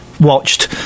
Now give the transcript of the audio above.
watched